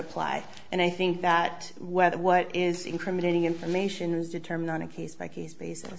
apply and i think that whether what is incriminating information is determined on a case by case basis